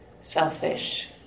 selfish